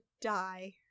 die